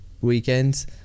weekends